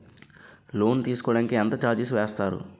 Loan తీసుకోడానికి ఎంత charges వేస్తారు?